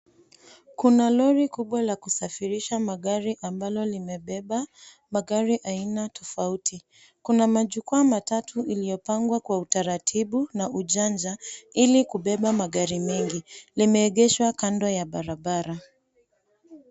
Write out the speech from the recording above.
Kuna lori kubwa la kusafirisha magari ambalo limebeba magari aina tofauti. Kuna majukwaa matatu iliyopangwa kwa utaratibu na ujanja ili kubeba magari mengi. Limeegeshwa kando ya barabara.